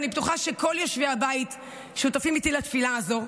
ואני בטוחה שכל יושבי הבית שותפים איתי לתפילה הזו,